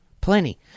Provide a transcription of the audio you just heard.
plenty